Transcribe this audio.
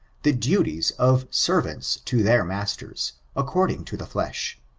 the duties of servants to their masters, according to the flesh.